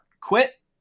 quit